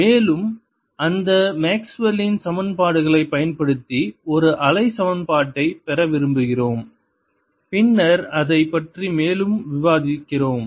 மேலும் அந்த மேக்ஸ்வெல்லின்Maxwell's சமன்பாடுகளைப் பயன்படுத்தி ஒரு அலை சமன்பாட்டைப் பெற விரும்புகிறோம் பின்னர் அதைப் பற்றி மேலும் விவாதிக்கிறோம்